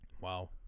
Wow